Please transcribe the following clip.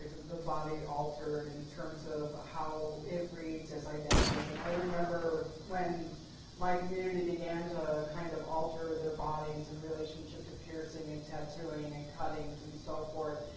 the body altered in terms of how it reads as identity. and i remember when my community began to, kind of, alter their bodies in relationship to piercing, and tattooing, and cuttings, and so forth.